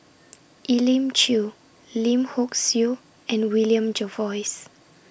Elim Chew Lim Hock Siew and William Jervois